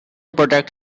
protect